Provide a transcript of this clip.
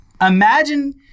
Imagine